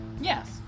Yes